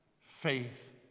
faith